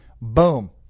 Boom